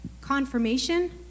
Confirmation